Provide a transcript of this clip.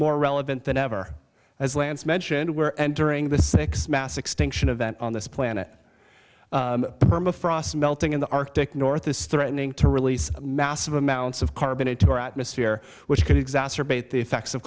more relevant than ever as lance mentioned we're entering the six mass extinction event on this planet permafrost melting in the arctic north this threatening to release massive amounts of carbon into our atmosphere which could exacerbate the effects of